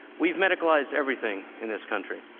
we've medicalized everything in this country.